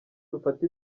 dufata